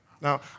Now